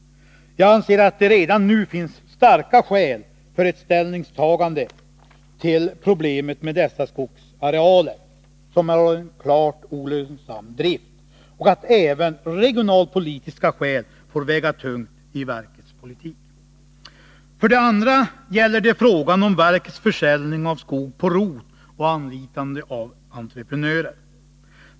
Jag anser att det redan nu finns starka skäl för ett ställningstagande till problemet med dessa skogsarealer där driften är klart olönsam, och att även regionalpolitiska skäl bör väga tungt i verkets politik. För det andra gäller det frågan om verkets försäljning av skog på rot och anlitande av entreprenörer.